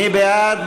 מי בעד?